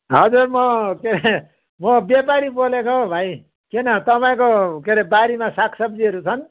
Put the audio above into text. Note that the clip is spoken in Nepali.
हजुर म के अरे म व्यापारी बोलेको भाइ किन तपाईँको के अरे बारीमा सागसब्जीहरू छन्